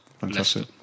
Fantastic